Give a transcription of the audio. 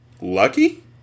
Lucky